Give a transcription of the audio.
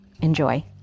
enjoy